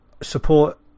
support